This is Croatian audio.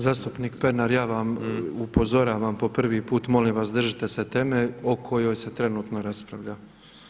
Zastupnik Pernar, ja vas upozoravam po prvi put, molim vas držite se teme o kojoj se trenutno raspravlja.